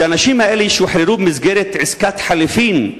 שהאנשים האלה ישוחררו במסגרת עסקת חליפין,